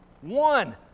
one